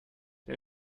der